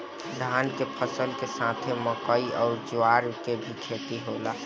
धान के फसल के साथे मकई अउर ज्वार के भी खेती होला